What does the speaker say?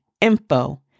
Info